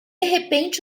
repente